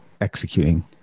executing